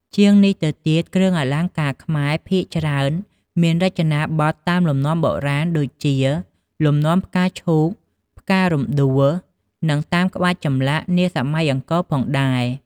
ជាងនេះទៅទៀតគ្រឿងអលង្ការខ្មែរភាគច្រើនមានរចនាបថតាមលំនាំបុរាណ ដូចជា លំនាំផ្កាឈូកផ្ការំដួល និងតាមក្បាច់ចម្លាក់នាសម័យអង្គរផងដែរ។